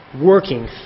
working